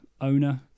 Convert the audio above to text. owner